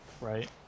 right